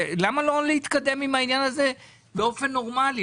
למה לא להתקדם עם העניין הזה באופן נורמלי?